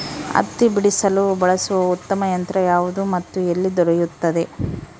ಹತ್ತಿ ಬಿಡಿಸಲು ಬಳಸುವ ಉತ್ತಮ ಯಂತ್ರ ಯಾವುದು ಮತ್ತು ಎಲ್ಲಿ ದೊರೆಯುತ್ತದೆ?